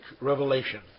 revelation